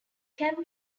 cam